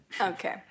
Okay